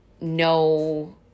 no